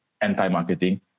anti-marketing